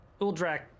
Uldrak